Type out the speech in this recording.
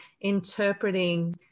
interpreting